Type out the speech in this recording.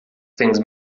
things